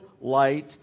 light